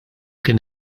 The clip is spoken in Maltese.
kien